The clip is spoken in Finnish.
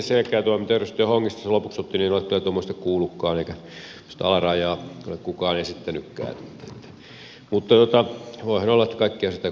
en ole tuommoista kuullutkaan eikä tuommoista alarajaa ole kukaan esittänytkään mutta voihan olla että sitä ei kaikkea kuulekaan